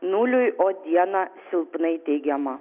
nuliui o dieną silpnai teigiama